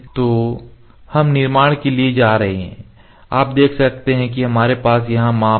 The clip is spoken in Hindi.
तो हम निर्माण के लिए जा सकते हैं आप देख सकते हैं कि हमारे पास यहां माप है